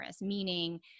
meaning